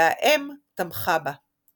והאם תמכה בה.